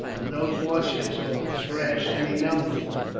but those warships ought to thrash any number of them.